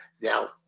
Now